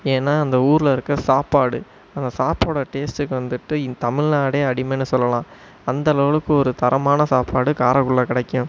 ஏன்னா அந்த ஊரில் இருக்க சாப்பாடு அந்த சாப்பாடோட டேஸ்ட்டுக்கு வந்துட்டு தமிழ்நாடே அடிமைன்னு சொல்லலாம் அந்த லெவலுக்கு ஒரு தரமான சாப்பாடு காரைக்குடில கிடைக்கும்